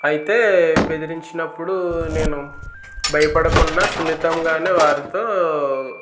అయితే బెదిరించినప్పుడు నేను భయపడకుండా సున్నితంగానే వారితో